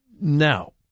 Now